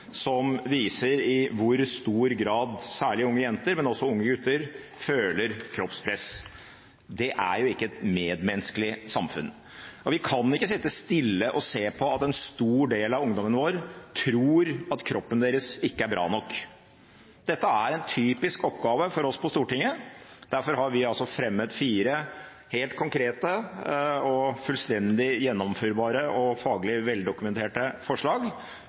som viser i hvor stor grad særlig unge jenter, men også unge gutter, føler kroppspress. Det er ikke et medmenneskelig samfunn. Vi kan ikke sitte stille og se på at en stor del av ungdommen vår tror at kroppen deres ikke er bra nok. Dette er en typisk oppgave for oss på Stortinget. Derfor har vi, sammen med Senterpartiet, SV og Kristelig Folkeparti, lagt fram et representantforslag med fire helt konkrete, fullstendig gjennomførbare og faglig veldokumenterte